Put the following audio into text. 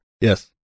Yes